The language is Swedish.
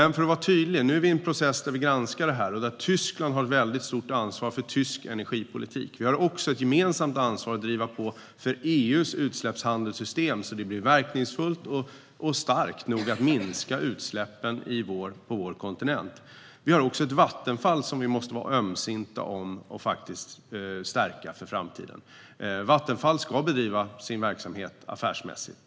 Nu är vi som sagt i en process där vi granskar detta, och Tyskland har stort ansvar för tysk energipolitik. Vi har också ett gemensamt ansvar att driva på så att EU:s utsläppshandelssystem blir verkningsfullt och starkt nog att minska utsläppen på vår kontinent. Vi måste också vara rädda om och stärka Vattenfall för framtiden. Vattenfall ska bedriva sin verksamhet affärsmässigt.